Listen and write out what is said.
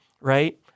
right